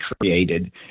created